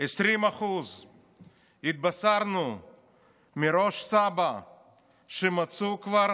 20%. התבשרנו מראש סבא"א שמצאו כבר